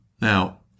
Now